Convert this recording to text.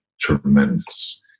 tremendous